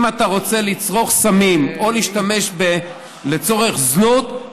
ואם אתה רוצה לצרוך סמים או להשתמש לצורך זנות,